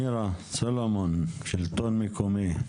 מירה סלומון, שלטון מקומי.